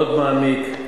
מאוד מעמיק.